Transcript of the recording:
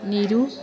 Niru